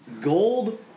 Gold